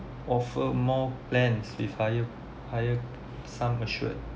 offer more plans with higher higher sum assured